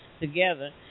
together